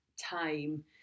time